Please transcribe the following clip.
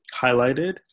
highlighted